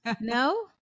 No